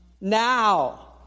Now